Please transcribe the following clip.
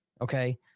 okay